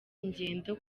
ingendo